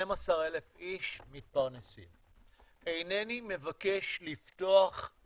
אני מבקש הצעה לסדר.